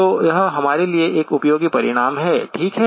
तो यह हमारे लिए एक उपयोगी परिणाम है ठीक है